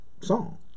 song